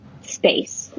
space